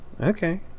okay